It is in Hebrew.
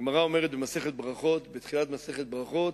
הגמרא אומרת בתחילת מסכת ברכות: